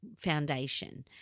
foundation